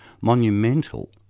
monumental